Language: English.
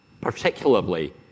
Particularly